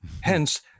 Hence